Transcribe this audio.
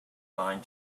line